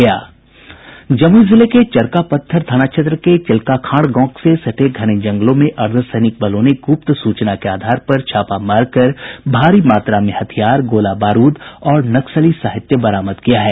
जमुई जिले के चरकापत्थल थाना के चिल्लका खांड गांव से सटे घने जंगलों से अर्धसैनिक बलों ने गुप्त सूचना के आधार पर छापा मार कर भारी मात्रा में हथियार गोला बारूद और नक्सली साहित्य बरामद किया है